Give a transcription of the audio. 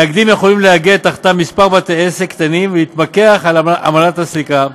מאגדים יכולים לאגד תחתם כמה בתי עסק קטנים ולהתמקח על עמלת הסליקה.